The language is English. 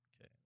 Okay